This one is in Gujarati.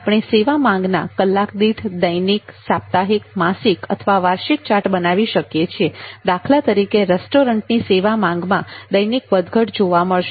આપણે સેવા માંગના કલાકદીઠ દૈનિક સાપ્તાહિક માસિક અથવા વાર્ષિક ચાર્ટ બનાવી શકીએ છીએ દાખલા તરીકે રેસ્ટોરન્ટની સેવા માંગમાં દૈનિક વધઘટ જોવા મળશે